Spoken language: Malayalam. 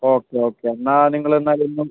ഓക്കെ ഓക്കെ എന്നാൽ നിങ്ങൾ എന്നാൽ ഒന്ന്